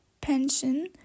pension